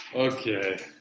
Okay